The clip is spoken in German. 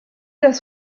das